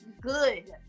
good